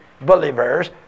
believers